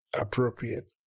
appropriate